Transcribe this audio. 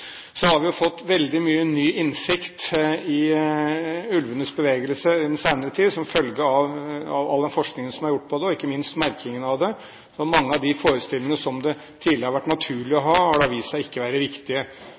Vi har fått veldig mye ny innsikt i ulvenes bevegelse i den senere tid, som følge av all den forskningen som er gjort på dette, og ikke minst merkingen. Mange av de forestillingene som det tidligere har vært naturlig å ha, har vist seg ikke å være riktige.